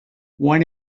one